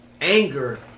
anger